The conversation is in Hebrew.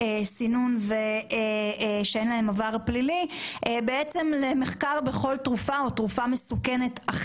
איננו סם מסוכן וצריך להוציא אותו ממסגרת הסמים המסוכנים,